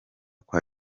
kwa